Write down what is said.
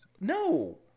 No